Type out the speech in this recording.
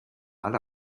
alle